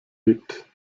lebt